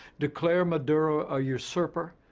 declare maduro a usurper,